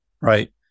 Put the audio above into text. right